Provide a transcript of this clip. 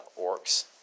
orcs